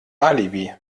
alibi